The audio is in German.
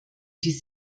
die